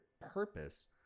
purpose